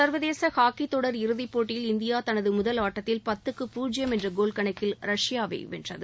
சர்வதேச ஹாக்கி தொடர் இறுதிப் போட்டியில் இந்தியா தனது முதல் ஆட்டத்தில் பத்துக்கு பூஜ்ஜியம் என்ற கோல் கணக்கில் ரஷ்யாவை வென்றது